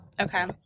Okay